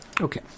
Okay